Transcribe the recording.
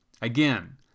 Again